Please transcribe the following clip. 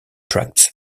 tracts